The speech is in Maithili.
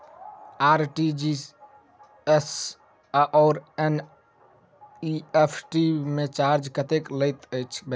आर.टी.जी.एस आओर एन.ई.एफ.टी मे चार्ज कतेक लैत अछि बैंक?